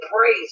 praise